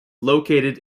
located